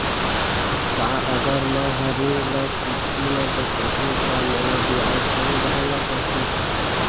का अगर मैं हा ऋण ल किस्ती म पटाहूँ त मोला ब्याज कम देहे ल परही?